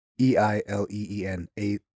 e-i-l-e-e-n-a